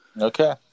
Okay